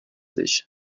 ich